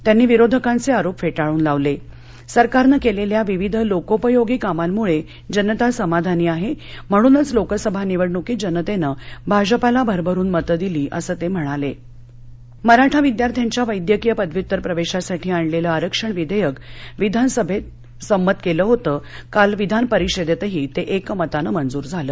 त्यांनी विरोधकांच आरोप फ्टिळून लावल सरकारनं क्विखा विविध लोकोपयोगी कामांमुळ जनता समाधानी आह म्हणूनच लोकसभा निवडणुकीत जनता भाजपाला भरभरून मतं दिली असं तम्हिणाल मराठा विद्यार्थ्यांच्या वैद्यकीय पद्व्युत्तर प्रवधीसाठी आणलचीआरक्षण विधाक्र विधानसभी संमत कळि होत काल विधानपरिषदस्की ता क्रिमतानं मंजूर झालं